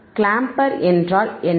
clamber என்றால் என்ன